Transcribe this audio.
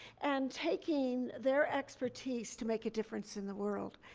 and taking their expertise to make a difference in the world.